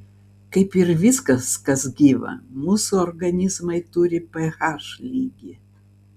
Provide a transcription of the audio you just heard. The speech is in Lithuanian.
kaip ir viskas kas gyva mūsų organizmai turi ph lygį